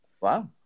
Wow